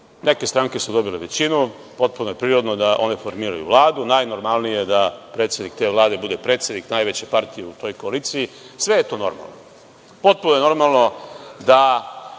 neke stranke su dobile većinu, potpuno je prirodno da one formiraju Vladu. Najnormalnije je da predsednik te Vlade bude predsednik najveće partije u toj koaliciji. Sve je to normalno. Potpuno je normalno da